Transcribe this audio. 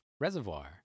Reservoir